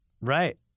Right